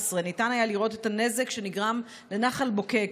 ניתן היה לראות את הנזק שנגרם לנחל בוקק,